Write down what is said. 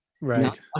right